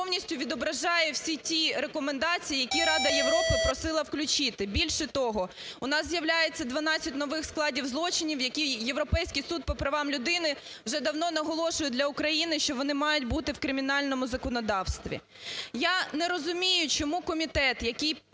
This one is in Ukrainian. Я не розумію, чому комітет, який